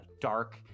dark